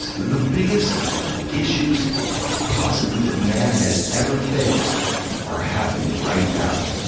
the biggest issues possibly that man has ever faced are happening right now,